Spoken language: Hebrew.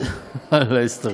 אללה יסתור.